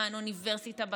למען אוניברסיטה בגליל,